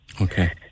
Okay